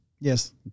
Yes